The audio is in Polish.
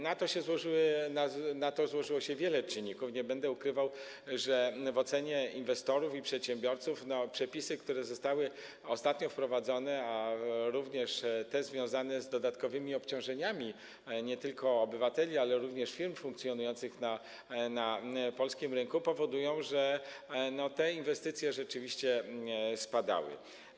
Na to złożyło się wiele czynników, nie będę ukrywał, że w ocenie inwestorów i przedsiębiorców przepisy, które zostały ostatnio wprowadzone, a również te związane z dodatkowymi obciążeniami nie tylko dla obywateli, ale również firm funkcjonujących na polskim rynku, powodują, że liczba inwestycji rzeczywiście spadała.